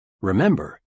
remember